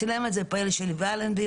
צילם את זה פעיל שלי באלנבי,